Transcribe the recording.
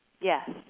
Yes